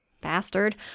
Bastard